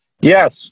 Yes